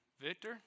Victor